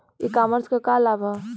E commerce क का लाभ ह?